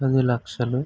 పది లక్షలు